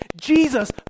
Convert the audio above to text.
Jesus